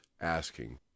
asking